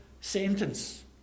sentence